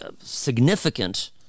significant